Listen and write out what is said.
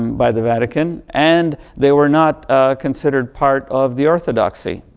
by the vatican and they were not considered part of the orthodoxy,